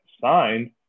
signed